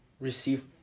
receive